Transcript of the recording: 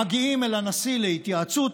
מגיעים אל הנשיא להתייעצות,